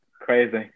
crazy